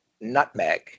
nutmeg